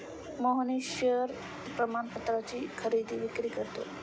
Mohnish share प्रमाणपत्राची खरेदी विक्री करतो